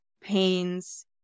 pains